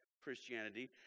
Christianity